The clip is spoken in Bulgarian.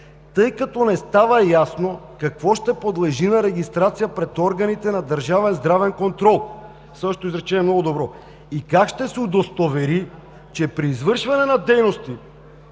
„тъй като не става ясно какво ще подлежи на регистрация пред органите на държавен здравен контрол“. Следващото изречение е много добро и „как ще се удостовери, че при извършване на дейности